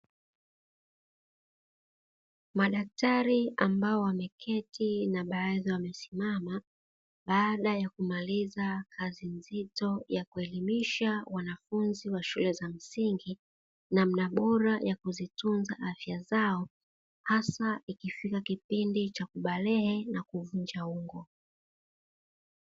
Madaktari ambao wameketi na baadhi wamesimama, baada ya kumaliza kazi nzito ya kuelimisha wanafunzi wa shule za msingi, namna bora ya kuzitunza afya zao hasa ikifika kipindi cha kubalehe na kuvunja ungo.